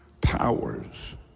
powers